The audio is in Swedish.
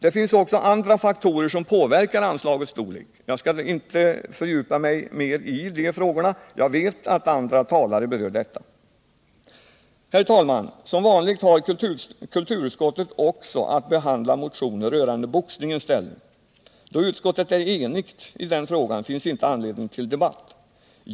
Det finns också andra faktorer som påverkar anslagets storlek — jag skall dock inte fördjupa mig mer i de frågorna, då jag vet att andra talare kommer att beröra detta. Herr talman! Som vanligt har kulturutskottet också att behandla motioner rörande boxningens ställning. Då utskottet är enigt i den frågan finns inte anledning till debatt.